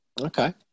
Okay